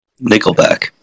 nickelback